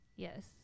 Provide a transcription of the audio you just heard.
Yes